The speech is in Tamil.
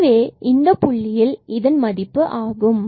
இதுவே இந்த புள்ளியில் ஆர் என்பதன் மதிப்பு 152e ஆகும்